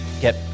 get